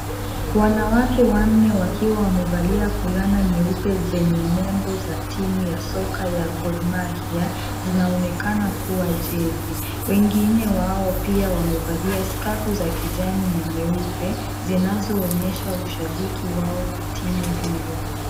Wanawake wanne wakiwa wamevalia fulana nyeupe zenye nembo za timu ya soka ya Gor Mahia, zinaonekana kuwa jezi. Wengine wao pia wamevalia skafu za kijani na nyeupe zinazoonyesha ushabiki wao kwa timu hiyo.